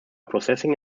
processing